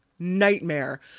nightmare